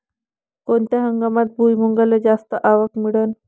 कोनत्या हंगामात भुईमुंगाले जास्त आवक मिळन?